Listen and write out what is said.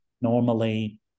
normally